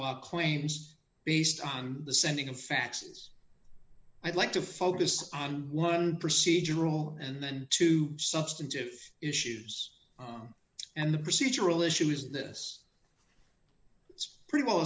while claims based on the sending faxes i'd like to focus on one procedural and then two substantive issues and the procedural issue is this it's pretty well